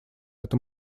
это